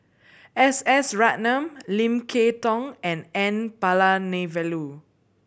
S S Ratnam Lim Kay Tong and N Palanivelu